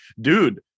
dude